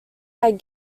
had